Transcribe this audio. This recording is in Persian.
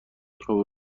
خوب